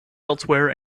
elsewhere